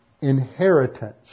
inheritance